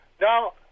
Now